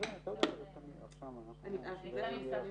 הישיבה ננעלה